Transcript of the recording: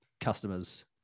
customers